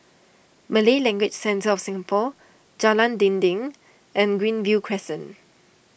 Malay Language Centre of Singapore Jalan Dinding and Greenview Crescent